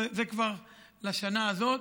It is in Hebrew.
זה לשנה הזאת,